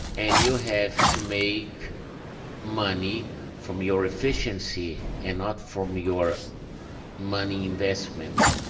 and you have to make money from your efficiency and not from your money investment.